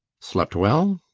slept well?